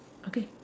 okay